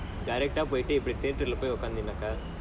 direct ah போயிட்டு:poyittu theatre போய் உட்கார்ந்தினாகா:poi utkaarthaanakaa